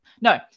no